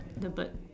the bird